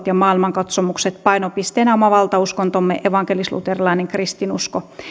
ja maailmankatsomukset painopisteenä oma valtauskontomme evankelisluterilainen kristinusko